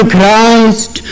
Christ